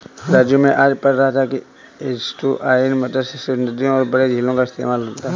राजू मैं आज पढ़ रहा था कि में एस्टुअरीन मत्स्य सिर्फ नदियों और बड़े झीलों का इस्तेमाल होता है